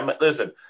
Listen